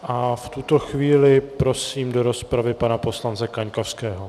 V tuto chvíli prosím do rozpravy pana poslance Kaňkovského.